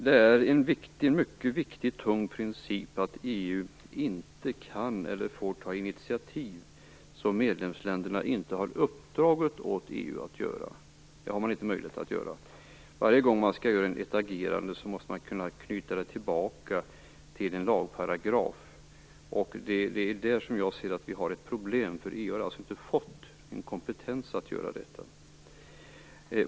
Det är en mycket viktig, tung princip att EU inte kan eller får ta initiativ som medlemsländerna inte har uppdragit åt EU att ta - någon sådan möjlighet har EU inte. Varje gång man skall agera måste man kunna knyta tillbaka till en lagparagraf. Det är där som jag ser att vi har ett problem. EU har nämligen inte fått någon kompetens att agera i dessa frågor.